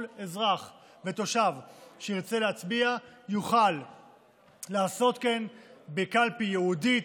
אזרח ותושב שירצה להצביע יוכל לעשות כן בקלפי ייעודית,